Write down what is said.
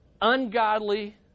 ungodly